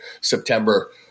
September